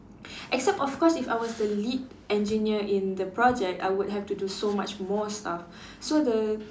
except of course if I was the lead engineer in the project I would have to do so much more stuff so the